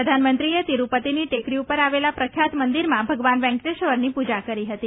પ્રધાનમંત્રીએ તિરુપતિના ટેકરી પર આવેલા પ્રખ્યાત મંદિરમાં ભગવાન વેંકટેશ્વરની પૂજા કરી હતી